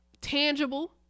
tangible